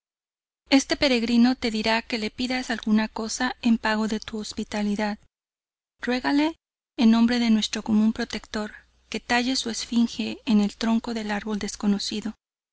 este peregrino te dirá que le pidas alguna cosa en pago de tu hospitalidad ruégale en nombre de nuestro común protector que talle su efigie en el tronco del árbol desconocido